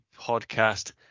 Podcast